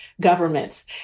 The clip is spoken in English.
governments